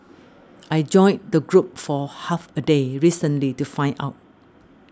I joined the group for half a day recently to find out